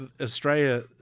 Australia